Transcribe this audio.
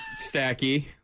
Stacky